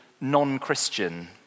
non-Christian